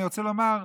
אני רוצה לומר,